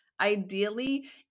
Ideally